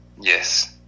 Yes